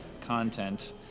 content